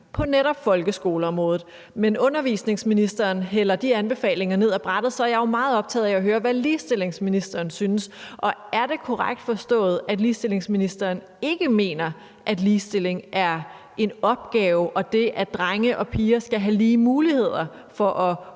på netop folkeskoleområdet, men undervisningsministeren hælder de anbefalinger ned af brættet, er jeg jo meget optaget af at høre, hvad ligestillingsministeren synes. Er det korrekt forstået, at ligestillingsministeren ikke mener, at ligestilling og det, at drenge og piger skal have lige muligheder for at